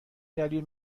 دلیل